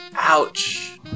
Ouch